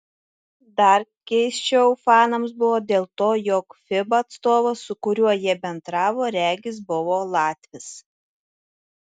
dar keisčiau fanams buvo dėl to jog fiba atstovas su kuriuo jie bendravo regis buvo latvis